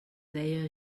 deia